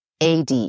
AD